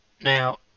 Now